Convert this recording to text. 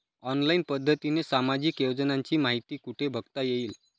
Online पद्धतीने सामाजिक योजनांची माहिती कुठे बघता येईल?